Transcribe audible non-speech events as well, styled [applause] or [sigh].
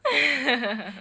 [laughs]